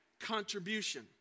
contribution